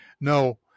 no